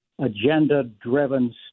agenda-driven